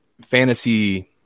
fantasy